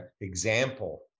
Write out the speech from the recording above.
example